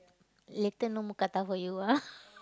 later no more mookata for you ah